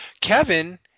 Kevin